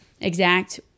exact